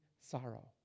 sorrow